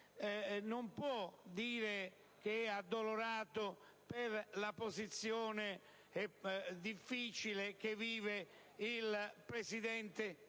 non può dire che è addolorato per la posizione difficile che vive il presidente